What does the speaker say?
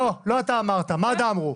לא אתה אמרת, מד"א אמרו.